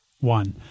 One